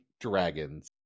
dragons